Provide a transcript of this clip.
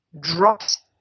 drops